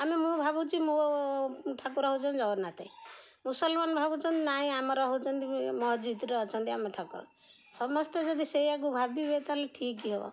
ଆମେ ମୁଁ ଭାବୁଛି ମୋ ଠାକୁର ହଉଛନ୍ତି ଜଗନ୍ନାଥେ ମୁସଲମାନ ଭାବୁଛନ୍ତି ନାଇଁ ଆମର ହଉଛନ୍ତି ମସ୍ଜିଦରେ ଅଛନ୍ତି ଆମ ଠାକୁର ସମସ୍ତେ ଯଦି ସେୟାକୁ ଭାବିବେ ତା'ହେଲେ ଠିକ୍ ହବ